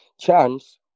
chance